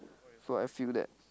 so I feel that